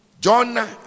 John